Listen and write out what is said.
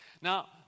Now